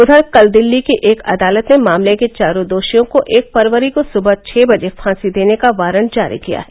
उधर कल दिल्ली की एक अदालत ने मामले के चारों दोषियों को एक फरवरी को सुबह छह बजे फांसी देने का वारंट जारी किया है